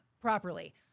properly